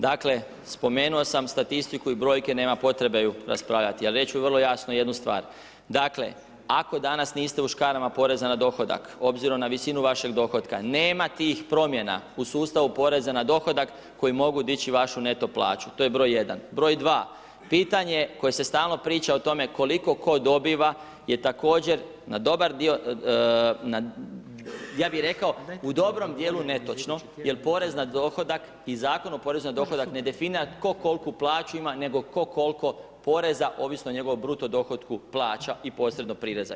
Dakle spomenuo sam statistiku i brojke nema potrebe ju raspravljati, a reći ću vrlo jasno jednu stvar, dakle, ako danas niste u škarama poreza na dohodak, obzirom na visinu vašeg dohotka, nema tih promjena u sustavu poreza na dohodak koji mogu dići vašu netu plaću, to je broj jedan Broj 2, pitanje koje se stalno priča o tome koliko tko dobiva je također na dobar dio, ja bih rekao u dobrom djelu netočno jer porez na dohodak i Zakon o porezu na dohodak ne definira tko koliku plaću ima, nego tko koliko poreza, ovisno o njegovom bruto dohotku plaća i posredno prireza.